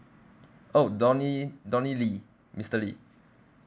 oh donny donny lee mister lee